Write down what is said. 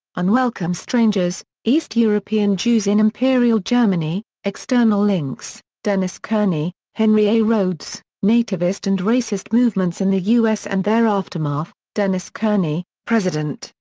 unwelcome strangers east european jews in imperial germany external links dennis kearney henry a. rhodes, nativist and racist movements in the u s. and their aftermath dennis kearney, president,